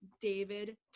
david